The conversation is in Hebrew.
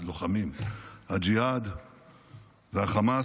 הג'יהאד, "לוחמים", הג'יהאד והחמאס,